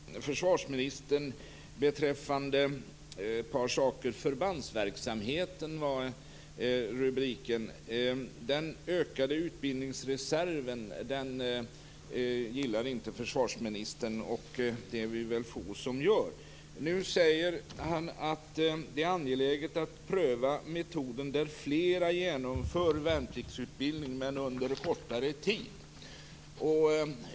Tack fru talman! Jag vill fråga försvarsministern ett par saker. Förbandsverksamheten var rubriken. Försvarsministern gillar inte den ökade utbildningsreserven. Det är vi väl få som gör. Nu säger försvarsministern att det är angeläget att pröva metoden där flera genomför värnpliktsutbildning, men under kortare tid.